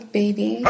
baby